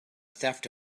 theft